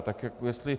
Tak jako jestli...